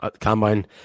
combine